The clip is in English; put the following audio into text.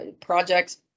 projects